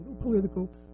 political